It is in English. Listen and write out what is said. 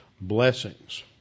blessings